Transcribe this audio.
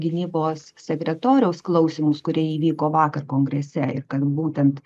gynybos sekretoriaus klausimus kurie įvyko vakar kongrese ir kad būtent